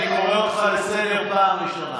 אני קורא אותך לסדר פעם ראשונה.